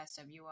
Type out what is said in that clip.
swi